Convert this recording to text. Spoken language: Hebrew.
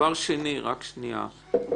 שנית,